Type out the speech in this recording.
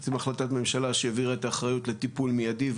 בעצם החלטת ממשלה שהעבירה את האחריות לטיפול מידי,